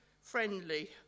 friendly